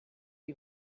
you